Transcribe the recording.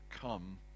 come